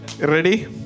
Ready